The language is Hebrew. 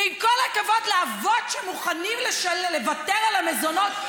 ועם כל הכבוד לאבות שמוכנים לוותר על המזונות,